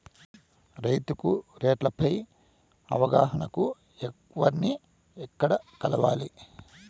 రైతుకు రేట్లు పై అవగాహనకు ఎవర్ని ఎక్కడ కలవాలి?